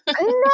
No